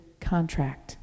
contract